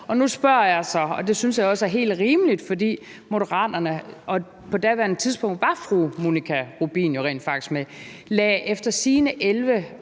jeg nu spørger, synes jeg også, det er helt rimeligt, for Moderaterne – og på daværende tidspunkt var fru Monika Rubin jo rent faktisk med – lagde 11